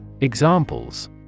Examples